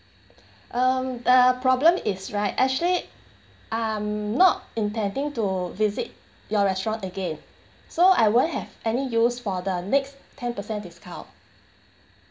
um the problem is right actually I'm not intending to visit your restaurant again so I won't have any use for the next ten percent discount